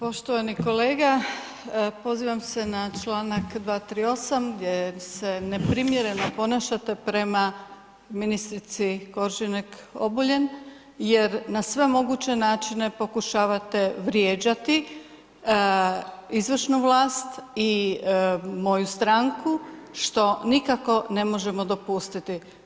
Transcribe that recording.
Poštovani kolega pozivam se na članak 238. jer se neprimjerno ponašate prema ministrici Koržinek Obuljen jer na sve moguće načine pokušavate vrijeđati izvršnu vlast i moju stranku što nikako ne možemo dopustiti.